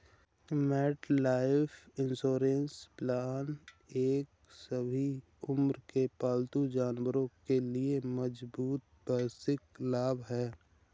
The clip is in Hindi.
मेटलाइफ इंश्योरेंस प्लान एक सभी उम्र के पालतू जानवरों के लिए मजबूत वार्षिक लाभ है